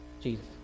Jesus